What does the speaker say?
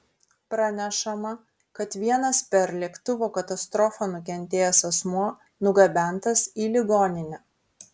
pranešama kad vienas per lėktuvo katastrofą nukentėjęs asmuo nugabentas į ligoninę